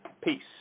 Peace